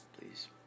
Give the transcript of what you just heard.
Please